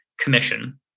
commission